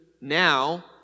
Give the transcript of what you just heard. now